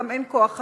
גם אין כוח-אדם.